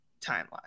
timeline